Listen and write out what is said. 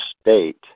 state